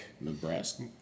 Nebraska